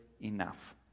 enough